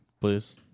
please